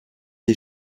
des